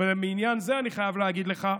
אבל בעניין זה, אני חייב להגיד לך,